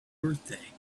birthday